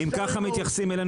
אם ככה מתייחסים אלינו,